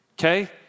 Okay